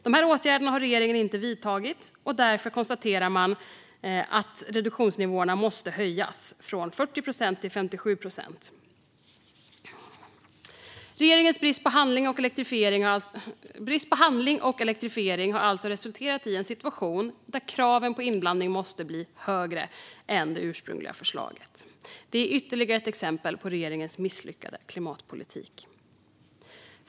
Dessa åtgärder har regeringen inte vidtagit, och därför konstaterar man att reduktionsnivåerna måste höjas från 40 procent till 57 procent. Regeringens brist på handling och elektrifiering har alltså resulterat i en situation där kraven på inblandning måste bli högre än i det ursprungliga förslaget. Det är ytterligare ett exempel på regeringens misslyckade klimatpolitik.